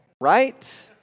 right